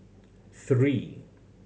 three